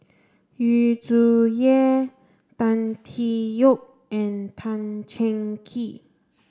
Yu Zhuye Tan Tee Yoke and Tan Cheng Kee